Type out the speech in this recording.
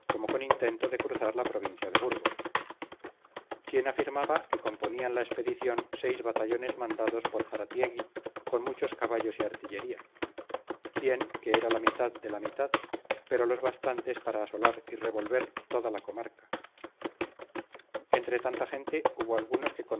con intento de cruzar la provincia de burgos quién afirmaba que componían la expedición seis batallones mandados por zaratiegui con muchos caballos y artillería quién que eran la mitad de la mitad pero los bastantes para asolar y revolver toda la comarca entre tanta gente hubo algunos que